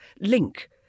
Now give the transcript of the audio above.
link